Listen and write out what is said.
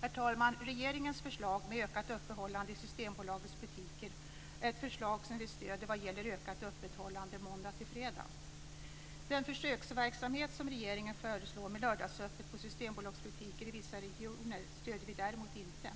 Herr talman! Regeringens förslag med ökat öppethållande i Systembolagets butiker är ett förslag som vi stöder vad gäller ökat öppethållande måndag till fredag. Den försöksverksamhet som regeringen föreslår med lördagsöppet i systembolagsbutiker i vissa regioner stöder vi däremot inte.